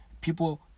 people